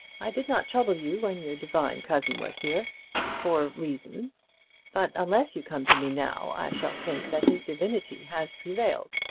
i did not trouble you when your divine cousin was here for reasons but unless you come to me now i shall think that his divinity has prevailed.